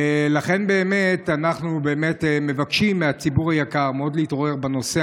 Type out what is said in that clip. לכן באמת אנחנו מבקשים מהציבור היקר מאוד להתעורר בנושא